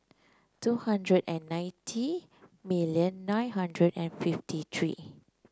two hundred and ninety million nine hundred and fifty three